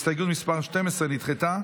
הסתייגות מס' 12 נדחתה.